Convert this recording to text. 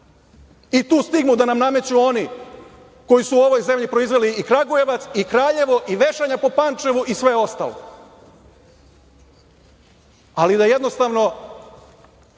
I tu stigmu da nam nameću oni koji su u ovoj zemlji proizveli i Kragujevac i Kraljevo i vešanje po Pančevu i sve ostalo. Ali, da jednostavno